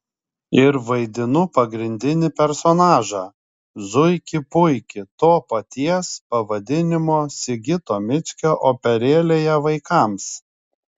ir vaidinu pagrindinį personažą zuikį puikį to paties pavadinimo sigito mickio operėlėje vaikams